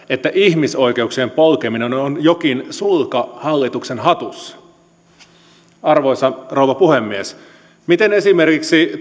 että ihmisoikeuksien polkeminen on on jokin sulka hallituksen hatussa arvoisa rouva puhemies miten esimerkiksi